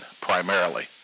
primarily